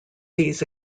these